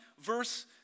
verse